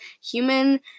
Human